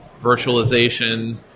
virtualization